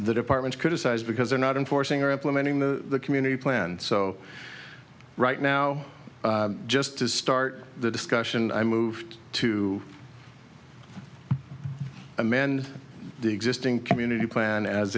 the department criticised because they're not enforcing or implementing the community plan so right now just to start the discussion i moved to amend the existing community plan as